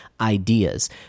ideas